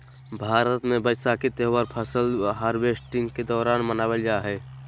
भारत मे वैसाखी त्यौहार फसल हार्वेस्टिंग के दौरान मनावल जा हय